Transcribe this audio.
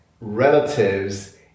relatives